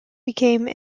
became